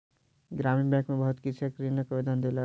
ग्रामीण बैंक में बहुत कृषक ऋणक आवेदन देलक